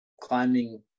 climbing